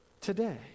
today